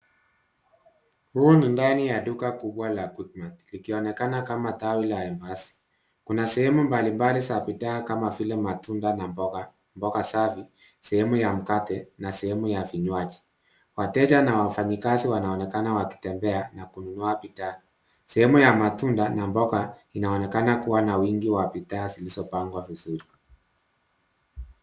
Huu ni ndani ya duka kubwa la QuickMart likionekana kama tawi la Embakasi. Kuna sehemu mbalimbali za bidhaa kama vile matunda na mboga safi, sehemu ya mkate na sehemu ya vinywaji. Wateja na wafanyikazi wanaonekana wakitembea na kununua bidhaa. Sehumu ya matunda na mboga inaonekana kuwa na wingi wa bidhaa zilizopangwa vizuri.